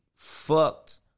fucked